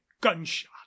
gunshot